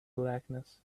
blackness